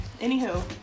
Anywho